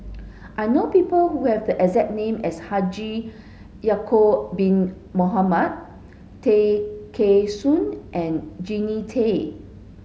I know people who have the exact name as Haji Ya'acob bin Mohamed Tay Kheng Soon and Jannie Tay